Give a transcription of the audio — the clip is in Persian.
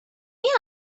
این